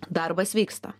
darbas vyksta